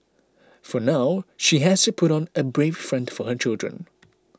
for now she has to put on a brave front for her children